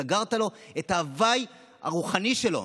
סגרת לו את ההווי הרוחני שלו.